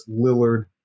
Lillard